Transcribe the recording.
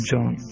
John